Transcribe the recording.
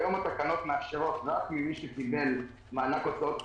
וכיום התקנות מאפשרות רק למי שקיבל מענק הוצאות קבועות,